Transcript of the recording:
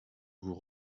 vous